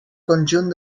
conjunt